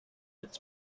its